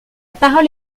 parole